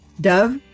Dove